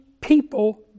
people